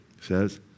says